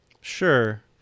Sure